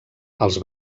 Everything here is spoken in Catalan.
els